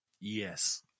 Yes